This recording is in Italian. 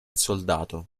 soldato